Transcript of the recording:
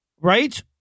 Right